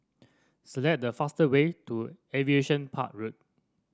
select the fastest way to Aviation Park Road